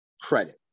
credit